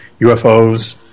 UFOs